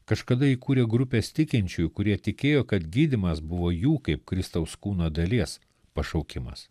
kažkada įkūrė grupės tikinčiųjų kurie tikėjo kad gydymas buvo jų kaip kristaus kūno dalies pašaukimas